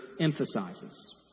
emphasizes